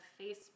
Facebook